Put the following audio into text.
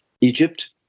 Egypt